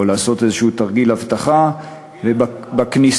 או לעשות איזשהו תרגיל אבטחה, ובכניסה,